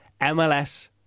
MLS